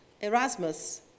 Erasmus